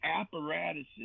apparatuses